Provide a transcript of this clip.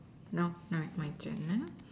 now now is my turn ah